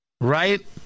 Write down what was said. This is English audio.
right